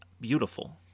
beautiful